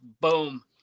boom